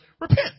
repent